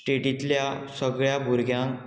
स्टेटींतल्या सगळ्या भुरग्यांक